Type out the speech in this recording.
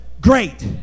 great